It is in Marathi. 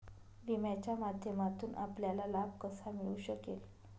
विम्याच्या माध्यमातून आपल्याला लाभ कसा मिळू शकेल?